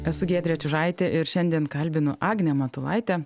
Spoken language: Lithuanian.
esu giedrė čiužaitė ir šiandien kalbinu agnę matulaitę